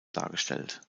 dargestellt